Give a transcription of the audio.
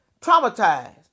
Traumatized